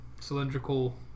cylindrical